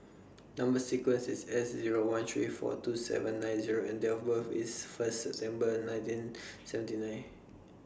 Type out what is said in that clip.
Number sequence IS S Zero one three four two seven nine Zero and Date of birth IS First September nineteen seventy nine